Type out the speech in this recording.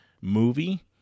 movie